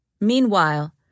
Meanwhile